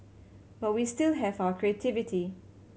but we still have our creativity